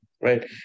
Right